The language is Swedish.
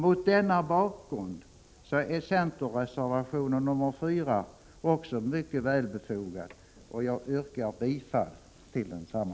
Mot denna bakgrund är centerreservationen nr 4 mycket välbefogad, och jag yrkar bifall till densamma.